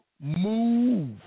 move